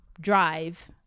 drive